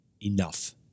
Enough